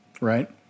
right